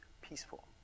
peaceful